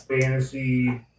fantasy